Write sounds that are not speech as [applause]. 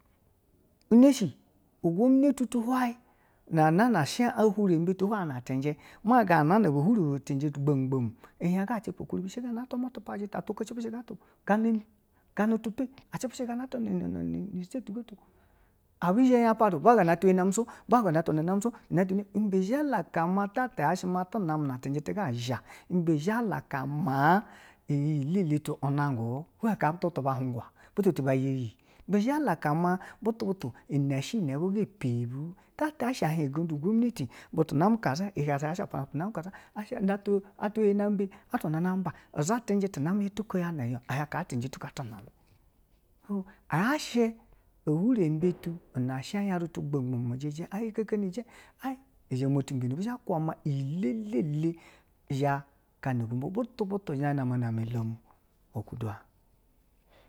I nesho gominatu tu hwayi nana shi a hweribe cenje ma gana nana bu huri bu cenji gbagba. Mi ehien ga jipe ghi gana ata gana mi gana ɛpe ajipe gana ata nu, nu̱ nu̱ nu̱ state ga tu, i bu zhe ya pa tu ba huga ina yatwa namisowi, ina yatwa nami sowi ibe zha laka ma ta ti yashi mati nane ni cenji ti zhaa ibezha laka ma iyi ɛlɛlɛ tu nangu hwan ka butu ba hungwa butu, butu ba ya iyi ma butu, butu ina shi ina be ga i peni bu, ta ta hien ungondu gwominati [unintelligible] ina name ka zhi a zha za shi atwa ye name beye atwana name bani ɛhien ka cenje duko ati name yashi ihwurimbe tu na shi iyari mu tu i hikene ija ai i zha gana igembo butu butu zha name na ame olom.